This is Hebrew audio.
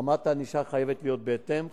רמת הענישה חייבת להיות בהתאם.